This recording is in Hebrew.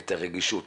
את הרגישות